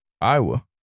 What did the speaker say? Iowa